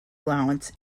allowance